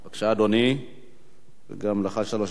גם לך שלוש דקות, ואז ישיב השר פלד.